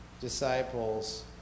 disciples